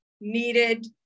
needed